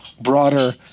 broader